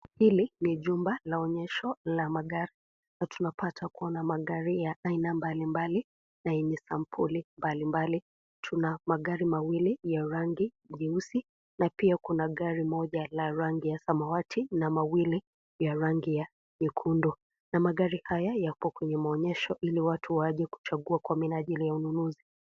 Hili ni jumba la onyesho la magari na tunapata kuona magari ya aina mbalimbali na yenye sampuli mbalimbali. Tuna magari mawili ya rangi jeusi na pia kuna gari moja la rangi ya samawati na mawili ya rangi ya nyekundu, na magari haya yako kwenye maonyesho ili watu waje kuchagua kwa minajili ya ununuzi.